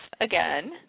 again